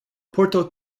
porto